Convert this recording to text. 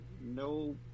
no